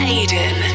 Aiden